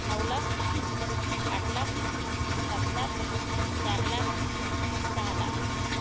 नऊ लाख आठ लाख सात लाख चार लाख सहा लाख